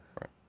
Right